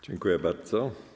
Dziękuję bardzo.